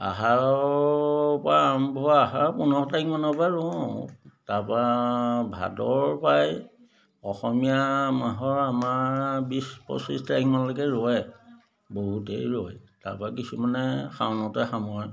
আহাৰৰ পৰা আৰম্ভ আহাৰৰ পোন্ধৰ তাৰিখমানৰ পৰাই ৰোওঁ আৰু তাৰপৰা ভাদৰ প্ৰায় অসমীয়া মাহৰ আমাৰ বিশ পঁচিছ তাৰিখমানলৈকে ৰোৱে বহুতেই ৰোৱে তাৰপৰা কিছুমানে শাওণতে সামৰে